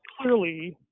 clearly